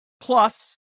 Plus